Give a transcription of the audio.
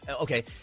Okay